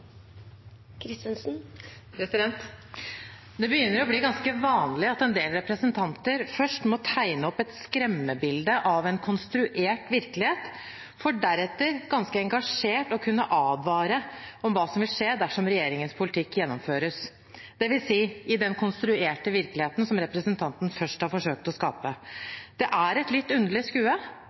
Det begynner å bli ganske vanlig at en del representanter først må tegne opp et skremmebilde av en konstruert virkelighet, for deretter ganske engasjert å kunne advare om hva som vil skje dersom regjeringens politikk gjennomføres, dvs. i den konstruerte virkeligheten som representanten først har forsøkt å skape. Det er et litt underlig skue,